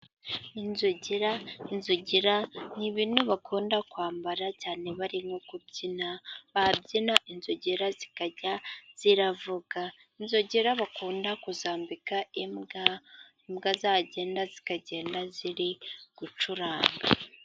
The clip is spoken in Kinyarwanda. Inzogera, inzogera ni ibintu bakunda kwambara cyane bari nko kubyina, babyina inzogera zikajya zivuga. Inzogera bakunda kuzambika imbwa, imbwa zagenda zikagenda ziri gucuranga.